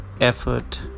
effort